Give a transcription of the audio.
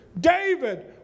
David